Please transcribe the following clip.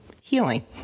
healing